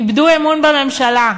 איבדו אמון בממשלה.